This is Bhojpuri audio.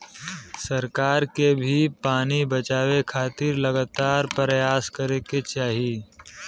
सरकार के भी पानी बचावे खातिर लगातार परयास करे के चाही